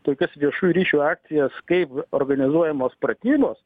tokias viešųjų ryšių akcijas kaip organizuojamos pratybos